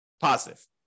positive